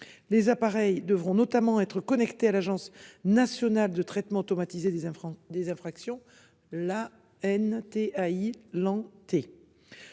les appareils devront notamment être connecté à l'Agence nationale de traitement automatisé des 1 francs des infractions